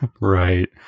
right